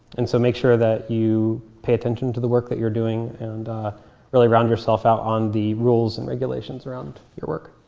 and so make sure that you pay attention to the work that you're doing and really round yourself out on the rules and regulations around work.